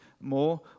more